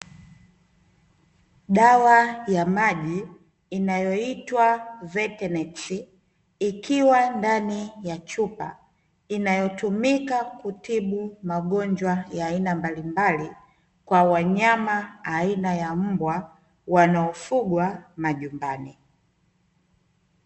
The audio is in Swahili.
Dawa ya maji inayoitwa "veteneksi", ikiwa ndani ya chupa inayotumika kutibu magonjwa ya aina mbalimbali, kwa wanyama aina ya mbwa, wanaofugwa majumbani.